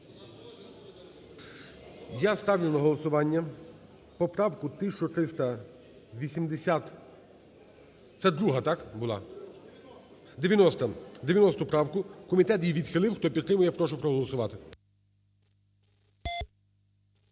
Я ставлю на голосування поправку 1380. Це друга, так, була? 90, 90-у правку. Комітет її відхилив. Хто підтримує, прошу проголосувати.